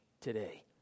today